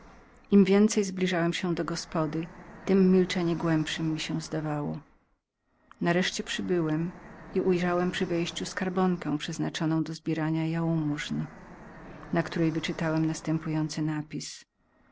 im więcej zbliżałem się do gospody tem milczenie głębszem mi się zdawało nareszcie przybyłem i ujrzałem przy wejściu pień przeznaczony do zbierania jałmużn na którym wyczytałem następujący napis